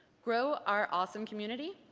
grow our awesome community,